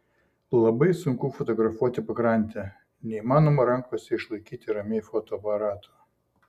labai sunku fotografuoti pakrantę neįmanoma rankose išlaikyti ramiai fotoaparato